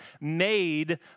made